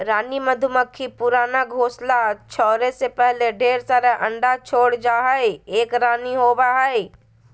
रानी मधुमक्खी पुराना घोंसला छोरै से पहले ढेर सारा अंडा छोड़ जा हई, एक रानी होवअ हई